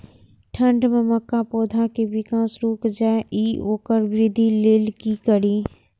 ठंढ में मक्का पौधा के विकास रूक जाय इ वोकर वृद्धि लेल कि करी?